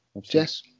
Yes